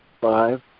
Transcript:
five